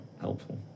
helpful